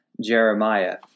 Jeremiah